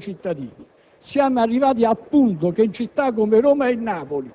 che perseguitano i cittadini. Siamo arrivati al punto che in città come Roma e Napoli,